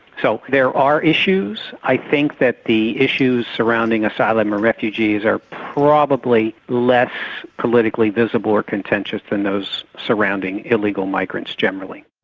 so there are issues. i think that the issues surrounding asylum and refugees are probably less politically visible or contentious in those surrounding illegal migrants generally.